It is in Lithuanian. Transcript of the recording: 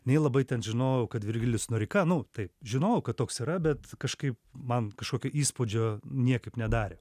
nei labai ten žinojau kad virgilijus noreika nu tai žinojau kad toks yra bet kažkaip man kažkokio įspūdžio niekaip nedarė